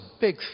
big